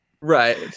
right